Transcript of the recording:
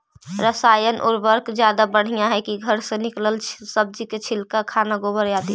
रासायन उर्वरक ज्यादा बढ़िया हैं कि घर से निकलल सब्जी के छिलका, खाना, गोबर, आदि?